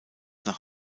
nach